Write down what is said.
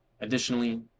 Additionally